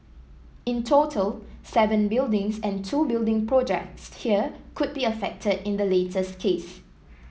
in total seven buildings and two building projects here could be affected in the latest case